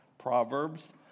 Proverbs